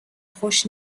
خوش